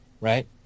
right